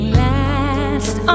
last